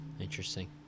Interesting